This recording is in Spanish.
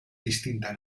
distinta